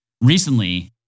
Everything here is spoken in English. recently